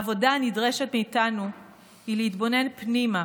העבודה הנדרשת מאיתנו היא להתבונן פנימה